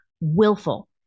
willful